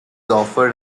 offered